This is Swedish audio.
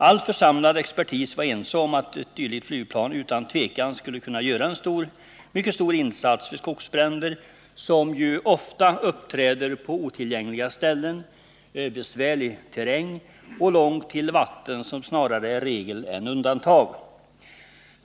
All församlad expertis var ense om att ett dylikt flygplan utan tvivel skulle kunna göra en mycket stor insats vid skogsbränder, som ju ofta uppträder på otillgängliga ställen — besvärlig terräng och långt till vatten är snarare regel än undantag.